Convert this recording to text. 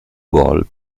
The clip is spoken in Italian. gol